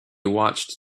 watched